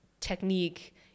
technique